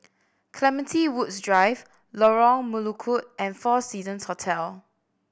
Clementi Woods Drive Lorong Melukut and Four Seasons Hotel